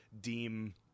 deem